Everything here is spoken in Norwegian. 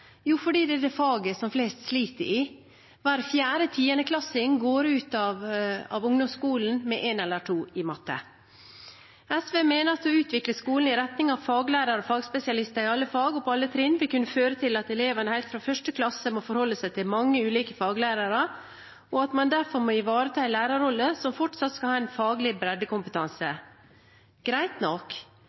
Jo, fordi det er det faget som flest sliter med. Hver fjerde tiendeklassing går ut av ungdomsskolen med 1 eller 2 i matte. SV mener at å utvikle skolen i retning av faglærere og fagspesialister i alle fag og på alle trinn vil kunne føre til at elevene helt fra 1. klasse må forholde seg til mange ulike faglærere, og at man derfor må ivareta en lærerrolle som fortsatt skal ha en faglig breddekompetanse. Greit nok,